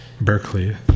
Berkeley